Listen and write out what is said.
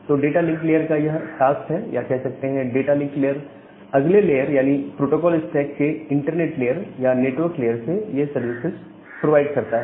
तो data link layer का यह टास्क है या कह सकते हैं डाटा लिंक लेयर अगले लेयर यानी प्रोटोकोल स्टैक के इंटरनेट लेयर या नेटवर्क लेयर को ये सर्विसेस प्रोवाइड करता है